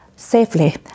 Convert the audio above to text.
Safely